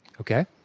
Okay